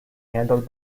handled